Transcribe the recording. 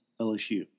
LSU